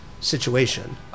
situation